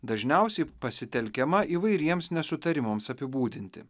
dažniausiai pasitelkiama įvairiems nesutarimams apibūdinti